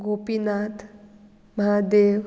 Gopinath Mahadev